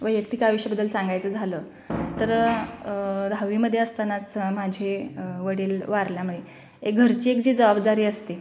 वैयक्तिक आयुष्याबद्दल सांगायचं झालं तर दहावीमध्ये असतानाच माझे वडील वारल्यामुळे एक घरची एक जी जबाबदारी असते